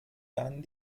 dann